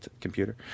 computer